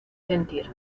sentir